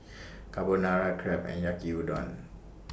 Carbonara Crepe and Yaki Udon